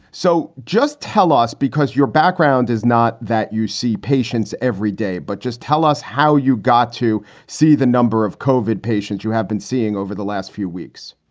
so just tell us, because your background is not that you see patients every day, but just tell us how you got to see the number of cauvin patients you have been seeing over the last few weeks,